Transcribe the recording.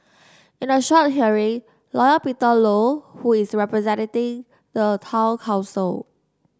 in a short hearing lawyer Peter Low who is representing the town council